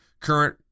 current